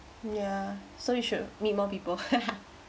yeah so you should meet more people